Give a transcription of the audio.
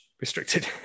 restricted